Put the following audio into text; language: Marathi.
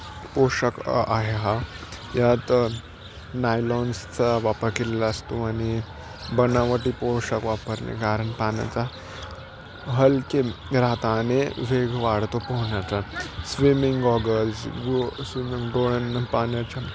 पोषाख आहे हा यात नायलॉन्सचा वापर केलेला असतो आणि बनावटी पोषाख वापरणे कारण पाण्याचा हलके राहता आणि वेग वाढतो पोहण्याचा स्विमिंग गॉगल्स गो स्विमिंग पाण्याच्या